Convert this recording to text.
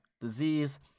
disease